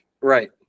Right